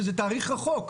שזה תאריך רחוק.